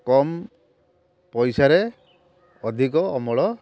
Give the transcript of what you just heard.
କମ୍ ପଇସାରେ ଅଧିକ ଅମଳ